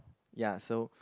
ya so